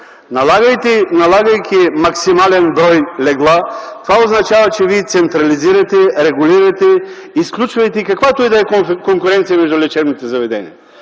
Налагайки максимален брой легла, означава, че вие централизирате, регулирате, изключвате каквато и да е конкуренция между лечебните заведения.